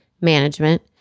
management